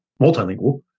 multilingual